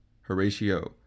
Horatio